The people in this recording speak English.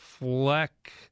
Fleck